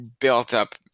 built-up